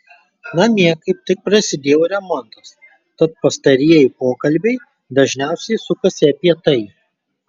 namie kaip tik prasidėjo remontas tad pastarieji pokalbiai dažniausiai sukasi apie tai